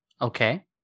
Okay